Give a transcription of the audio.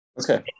Okay